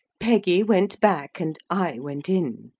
peggy went back, and i went in.